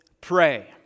Pray